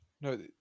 No